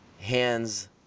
hands